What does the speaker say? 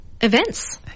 Events